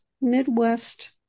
Midwest